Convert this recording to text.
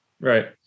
Right